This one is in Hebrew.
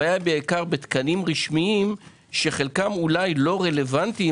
הבעיה בעיקר בתקנים רשמיים שחלקם אולי לא רלוונטיים